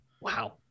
Wow